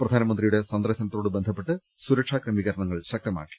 പ്രധാനമന്ത്രിയുടെ സന്ദർശനത്തോട് ബന്ധപ്പെട്ട് സുരക്ഷാ ക്രമീ കരണങ്ങൾ ശക്തമാക്കി